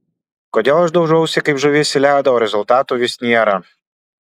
kodėl aš daužausi kaip žuvis į ledą o rezultato vis nėra